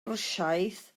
rwsiaidd